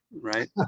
Right